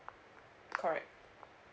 correct